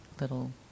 little